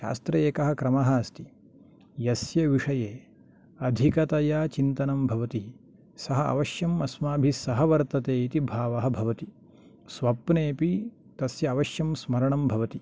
शास्त्रे एकः क्रमः अस्ति यस्य विषये अधिकतया चिन्तनं भवति सः अवश्यम् अस्माभिस्सह वर्तते इति भावः भवति स्वप्नेऽपि तस्य अवश्यं स्मरणं भवति